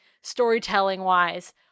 storytelling-wise